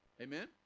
Amen